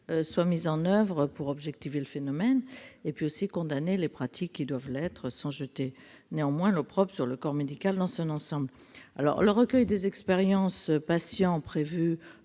soient mises en oeuvre pour objectiver le phénomène et condamner les pratiques qui doivent l'être, sans jeter néanmoins l'opprobre sur le corps médical dans son ensemble. Le recueil des expériences des patients, qui